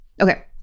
okay